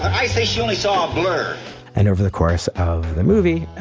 i think she only saw a blur and over the course of the movie,